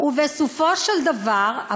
את מדברת על עבריין.